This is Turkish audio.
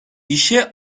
i̇şe